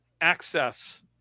access